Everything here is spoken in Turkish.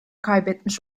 kaybetmiş